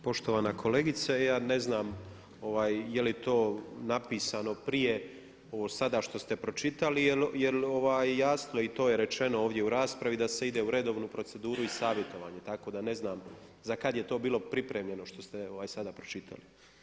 Poštovana kolegice ja ne znam je li to napisano prije, ovo sada što ste pročitali jer jasno je i to je rečeno ovdje u raspravi da se ide u redovnu proceduru i savjetovanje tako da ne znam za kada je to bilo pripremljeno što ste sada pročitali.